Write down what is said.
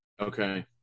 Okay